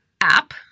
app